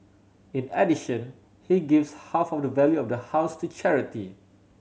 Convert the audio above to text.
in addition he gives half of the value of the house to charity